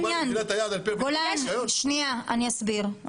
אני אסביר.